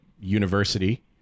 university